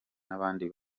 n’abandi